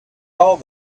all